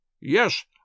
Yes